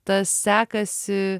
tas sekasi